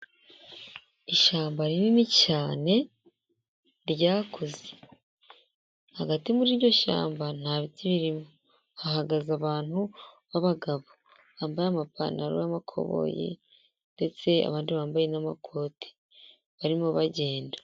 Ishyamba rinini cyane, ryakuze. Hagati muri iryo shyamba, nta biti birimo. Hahagaze abantu b'abagabo. Bambaye amapantaro y'amakoboyi ndetse abandi bambaye n'amakoti barimo bagenda.